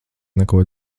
neko